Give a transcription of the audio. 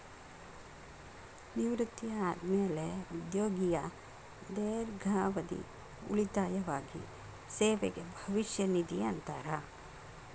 ನಿವೃತ್ತಿ ಆದ್ಮ್ಯಾಲೆ ಉದ್ಯೋಗಿಯ ದೇರ್ಘಾವಧಿ ಉಳಿತಾಯವಾಗಿ ಸೇವೆಗೆ ಭವಿಷ್ಯ ನಿಧಿ ಅಂತಾರ